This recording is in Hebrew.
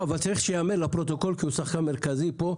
אבל צריך שייאמר לפרוטוקול כי הוא שחקן מרכזי פה,